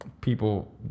people